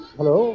Hello